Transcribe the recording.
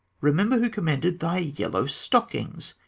remember who commended thy yellow stockings,